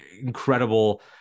incredible